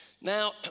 Now